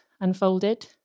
unfolded